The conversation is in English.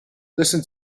listen